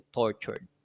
tortured